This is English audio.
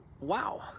wow